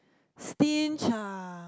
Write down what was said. stinge ah